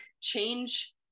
change